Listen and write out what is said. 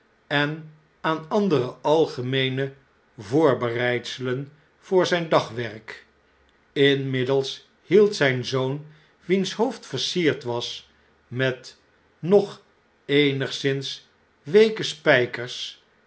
en aan andere algemeene voorbereidselen voor zjjn dagwerk inmiddels hield zn'n zoon wiens hoofd versierd was met nog eenigszins weeke spjjkers